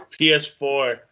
PS4